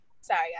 sorry